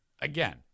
Again